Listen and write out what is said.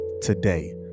today